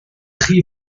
chi